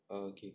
err okay